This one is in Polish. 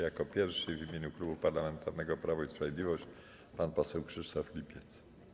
Jako pierwszy w imieniu Klubu Parlamentarnego Prawo i Sprawiedliwość pan poseł Krzysztof Lipiec.